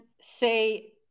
say